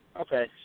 Okay